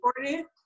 important